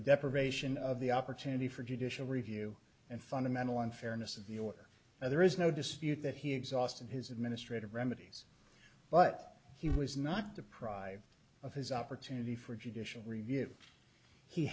deprivation of the opportunity for judicial review and fundamental unfairness of the order and there is no dispute that he exhausted his administrative remedies but he was not deprived of his opportunity for judicial review he